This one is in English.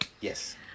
Yes